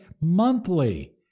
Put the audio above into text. Monthly